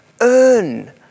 earn